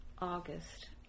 August